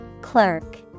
Clerk